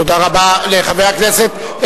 תודה רבה לחבר הכנסת,